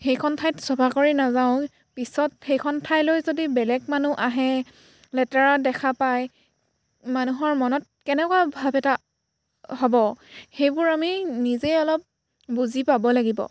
সেইখন ঠাইত চাফা কৰি নাযাওঁ পিছত সেইখন ঠাইলৈ যদি বেলেগ মানুহ আহে লেতেৰা দেখা পায় মানুহৰ মনত কেনেকুৱা ভাৱ এটা হ'ব সেইবোৰ আমি নিজেই অলপ বুজি পাব লাগিব